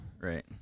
Right